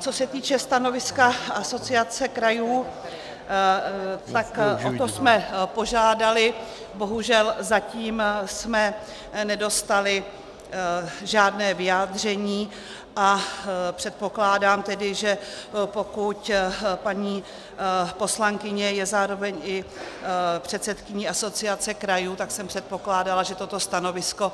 Co se týče stanoviska Asociace krajů, tak o to jsme požádali, bohužel zatím jsme nedostali žádné vyjádření a předpokládám tedy, že pokud paní poslankyně je zároveň i předsedkyní Asociace krajů, tak jsem předpokládala, že toto stanovisko